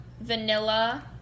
vanilla